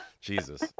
Jesus